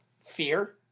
fear